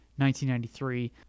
1993